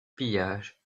pillage